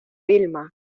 vilma